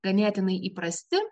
ganėtinai įprasti